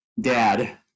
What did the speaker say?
dad